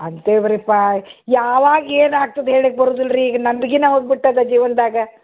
ಅಂತೇವ್ರಿಪ ಯಾವಾಗ ಏನು ಆಗ್ತದೆ ಹೇಳ್ಲಿಕ್ಕೆ ಬರುದಿಲ್ಲ ರೀ ಈಗ ನಂಬಿಕೀನ ಹೋಗ್ಬಿಟ್ಟದೆ ಜೀವನದಾಗ